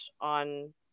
on